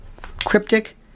cryptic